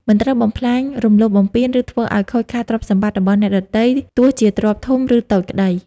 មិនត្រូវបំផ្លាញ រំលោភបំពាន ឬធ្វើឲ្យខូចខាតទ្រព្យសម្បត្តិរបស់អ្នកដទៃ ទោះជាទ្រព្យធំ ឬតូចក្តី។